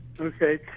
Okay